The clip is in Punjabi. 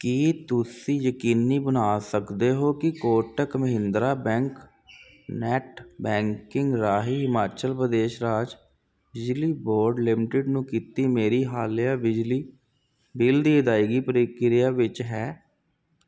ਕੀ ਤੁਸੀਂ ਯਕੀਨੀ ਬਣਾ ਸਕਦੇ ਹੋ ਕਿ Kotak Mahindra bank net banking ਰਾਹੀਂ ਹਿਮਾਚਲ ਪ੍ਰਦੇਸ਼ ਰਾਜ ਬਿਜਲੀ ਬੋਰਡ ਲਿਮਟਿਡ ਨੂੰ ਕੀਤੀ ਮੇਰੀ ਹਾਲੀਆ ਬਿਜਲੀ ਬਿੱਲ ਦੀ ਅਦਾਇਗੀ ਪ੍ਰਕਿਰਿਆ ਵਿੱਚ ਹੈ